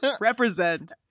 represent